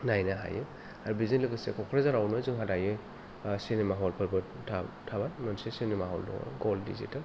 नायनो हायो आरो बेजों लोगोसे कक्राझारावनो जोंहा दायो सिनेमा हलफोरबो थाबाय मोनसे सिनेमा हल दङ गोल्द डिजिटेल